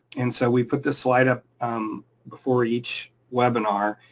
and so we put this slide up before each webinar.